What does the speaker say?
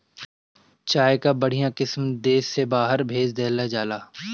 चाय कअ बढ़िया किसिम देस से बहरा भेज देहल जाला